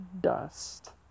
dust